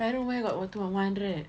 five room where got one two hundred